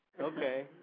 Okay